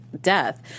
death